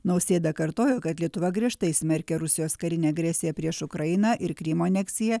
nausėda kartojo kad lietuva griežtai smerkia rusijos karinę agresiją prieš ukrainą ir krymo aneksiją